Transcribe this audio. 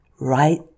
right